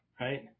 right